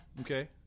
Okay